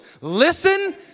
Listen